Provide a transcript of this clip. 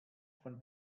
von